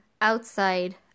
outside